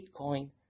Bitcoin